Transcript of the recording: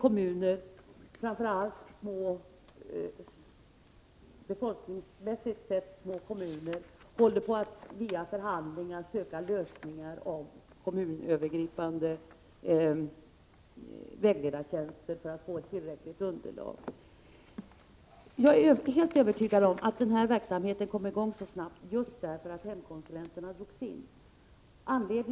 En del, framför allt befolkningsmässigt små, kommuner håller på att via förhandlingar söka lösningar som gäller kommunövergripande vägledartjänster för att få ett tillräckligt underlag. Jag är helt övertygad om att den här verksamheten kom i gång så snabbt just därför att hemkonsulenterna drogs in.